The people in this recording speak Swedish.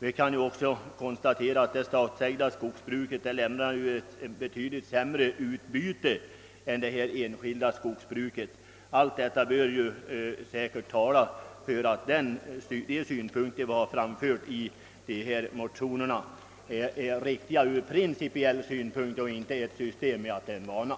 Det kan också konstateras att det statsägda skogsbruket lämnar betydligt sämre utbyte än det enskilda. Allt detta bör särskilt tala för att de tankar vi har framfört i motionerna är riktiga från principiell synpunkt och inte är något som tagits upp av gammal